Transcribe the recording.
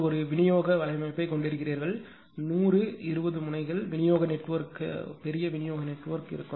நீங்கள் ஒரு விநியோக வலையமைப்பைக் கொண்டிருக்கிறீர்கள் 100 20 முனைகள் விநியோக நெட்வொர்க் பெரிய விநியோக நெட்வொர்க்